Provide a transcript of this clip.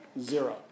zero